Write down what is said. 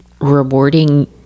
rewarding